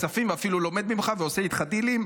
הכספים ואפילו לומד ממך ועושה איתך דילים,